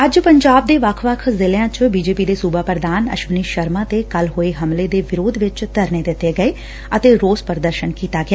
ਅੱਜ ਪੰਜਾਬ ਦੇ ਵੱਖ ਵੱਖ ਜ਼ਿਲ਼ਿਆਂ ਚ ਬੀਜੇਪੀ ਦੇ ਸੁਬਾ ਪ੍ਰਧਾਨ ਅਸ਼ਵਨੀ ਸ਼ਰਮਾ ਤੇ ਕੱਲ਼ ਹੋਏ ਹਮਲੇ ਦੇ ਵਿਰੋਧ ਵਿਚ ਧਰਨੇ ਦਿੱਤੇ ਗਏ ਅਤੇ ਰੋਸ ਪ੍ਰਦਰਸਨ ਕੀਤਾ ਗਿਆ